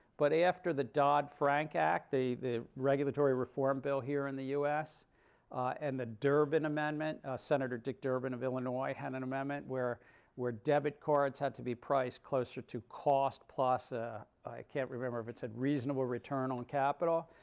but after the dodd-frank act the the regulatory reform bill here in the us and the durbin amendment senator dick durbin of illinois had an amendment where where debit cards had to be priced closer to cost plus ah i can't remember if it said reasonable return on capital.